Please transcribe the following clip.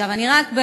אני רק,